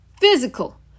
Physical